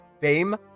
Fame